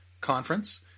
conference